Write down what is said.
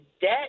debt